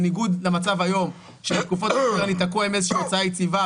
בניגוד למצב היום שבתקופות שאני תקוע עם איזה שהיא הוצאה יציבה,